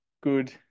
good